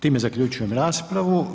Time zaključujem raspravu.